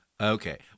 Okay